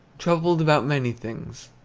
troubled about many things.